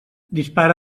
dispara